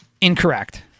incorrect